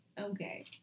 okay